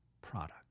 product